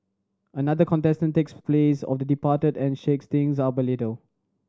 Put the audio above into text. another contestant takes place of the departed and shakes things up a little